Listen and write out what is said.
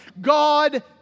God